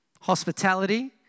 hospitality